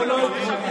יש גבול לחופש הביטוי.